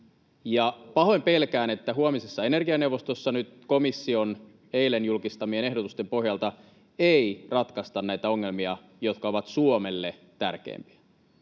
pahoin pelkään, että huomisessa energianeuvostossa nyt komission eilen julkistamien ehdotusten pohjalta ei ratkaista näitä ongelmia, jotka ovat Suomelle tärkeimpiä.